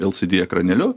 el si di ekranėliu